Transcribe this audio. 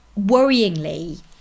worryingly